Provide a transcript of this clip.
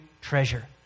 treasure